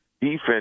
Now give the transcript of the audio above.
defense